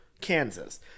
Kansas